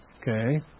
Okay